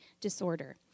disorder